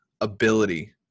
ability